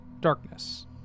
darkness